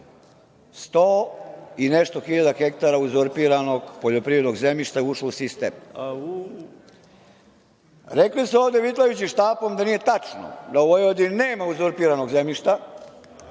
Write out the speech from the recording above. sto i nešto hiljada hektara uzurpiranog poljoprivrednog zemljišta je ušlo u sistem. Rekli su ovde vitlajući štapom da nije tačno da u Vojvodini nema uzurpiranog zemljišta,